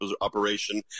operation